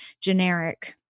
generic